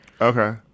Okay